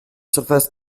surfaces